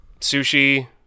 Sushi